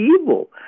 evil